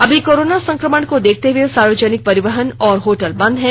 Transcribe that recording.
अभी कोरोना संकमण को देखते हये सार्वजनिक परिवहन और होटल बंद है